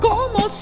¿Cómo